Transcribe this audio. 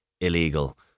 illegal